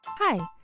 Hi